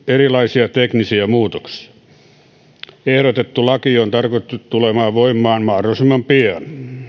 erilaisia teknisiä muutoksia ehdotettu laki on tarkoitettu tulemaan voimaan mahdollisimman pian